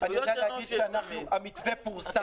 אני יודע להגיד שהמתווה פורסם.